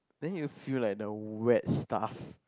then you feel like the wet stuff